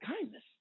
kindness